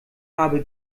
habe